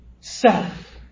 self